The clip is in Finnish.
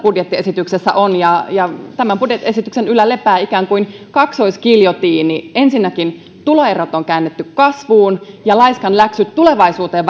budjettiesityksessä on ja tämän budjettiesityksen yllä lepää ikään kuin kaksoisgiljotiini ensinnäkin tuloerot on käännetty kasvuun ja laiskanläksyt tulevaisuuteen